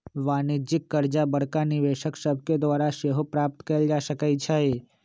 वाणिज्यिक करजा बड़का निवेशक सभके द्वारा सेहो प्राप्त कयल जा सकै छइ